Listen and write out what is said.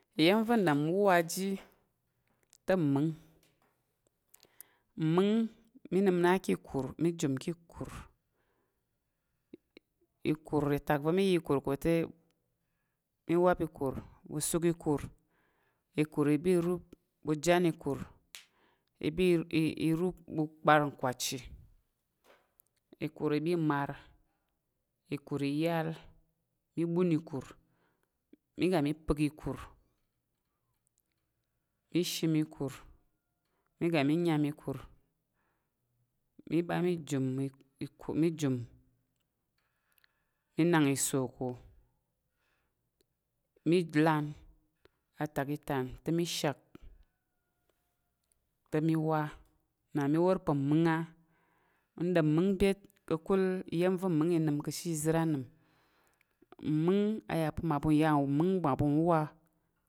Iya̱m va̱ n ɗom wuwa ji te mmung. Mmung, mi nəm na ka̱ ìkur, mi jum ka̱ ìkur. Ikur, atak va̱ mi ya ìkur ka̱ te, mi wap ikur, ɓu suk ikur, ìkur i ɓa i rup, ɓu jan ìkur, i ɓa rup, ɓu gbar nkwachi ìkur i ɓa i mar, ikur iyal, mi ɓun ikur, mi ga mi pə́k ìkur, mi pək ikur, mi shem ikur, mi ga mi nyam ikur, mi ɓa mi jum mi nak iso ko, mi lan, atak i tan te mi shak te mi wa. Na mi i wor pa̱ mmung á n ɗom mmung byet ka̱kul iya̱m va̱ mmung i əm ka̱ she izər anəm. Mmung mmaɓu nwuwa,